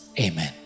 Amen